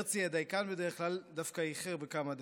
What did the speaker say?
הרצי, הדייקן בדרך כלל, דווקא איחר בכמה דקות.